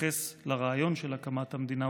בהתייחס לרעיון של הקמת המדינה,